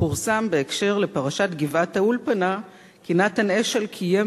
פורסם בהקשר של פרשת גבעת-האולפנה כי נתן אשל קיים,